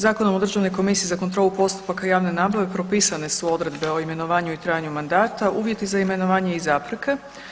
Zakonom o Državnoj komisiji za kontrolu postupaka javne nabave propisane su odredbe o imenovanju i trajanju mandata, uvjeti za imenovanje i zapreke.